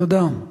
תודה.